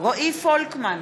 רועי פולקמן,